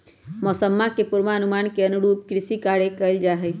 मौसम्मा के पूर्वानुमान के अनुरूप कृषि कार्य कइल जाहई